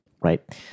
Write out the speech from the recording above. right